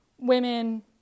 women